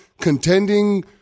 Contending